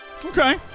Okay